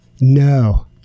No